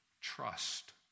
Trust